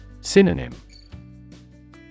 Synonym